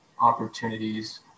opportunities